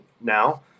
now